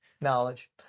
Knowledge